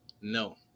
no